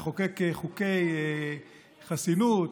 לחוקק חוקי חסינות